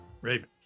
Raven